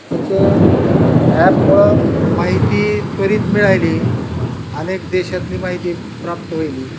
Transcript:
त्याच्या ॲप माहिती त्वरीत मिळाली अनेक देशातली माहिती प्राप्त होईल